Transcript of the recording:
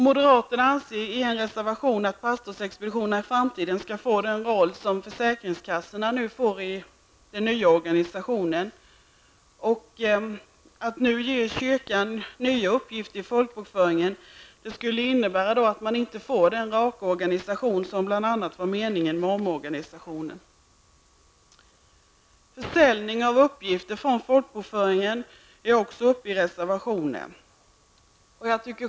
Moderaterna framför i en reservation förslag om att pastorsexpeditionerna i framtiden skall få den roll som försäkringskassorna nu får i och med den nya organisationen. Att nu ge kyrkan nya uppgifter i folkbokföringen skulle innebära att man inte får den raka organisation som bl.a. var meningen med omorganisationen. Försäljning av uppgifter från folkbokföringen tas också upp i en reservation.